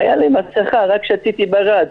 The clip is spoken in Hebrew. הייתה לי מסכה, רק שתיתי ברד.